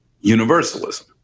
universalism